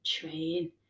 train